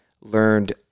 learned